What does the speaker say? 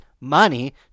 money